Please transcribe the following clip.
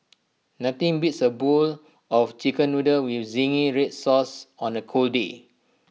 nothing beats A bowl of Chicken Noodles with Zingy Red Sauce on A cold day